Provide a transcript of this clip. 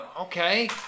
okay